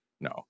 no